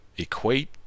equate